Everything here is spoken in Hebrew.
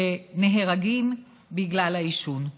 נהרגים בגלל העישון.